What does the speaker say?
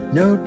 no